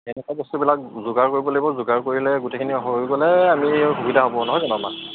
এনেকুৱা বস্তুবিলাক যোগাৰ কৰিব লাগিব যোগাৰ কৰিলে গোটেইখিনি হৈ গ'লে আমি সুবিধা হ'ব নহয় জানো আমাৰ